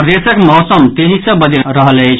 प्रदेशक मौसम तेजी सँ बदलि रहल अछि